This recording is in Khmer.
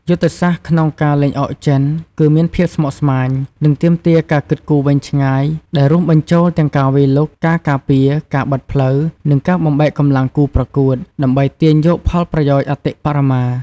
យុទ្ធសាស្ត្រក្នុងការលេងអុកចិនគឺមានភាពស្មុគស្មាញ និងទាមទារការគិតគូរវែងឆ្ងាយ ដែលរួមបញ្ចូលទាំងការវាយលុក ការការពារ ការបិទផ្លូវ និងការបំបែកកម្លាំងគូប្រកួត ដើម្បីទាញយកផលប្រយោជន៍អតិបរមា។